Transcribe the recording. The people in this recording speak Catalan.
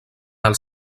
els